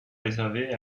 réservé